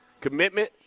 commitment